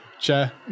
sure